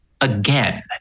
again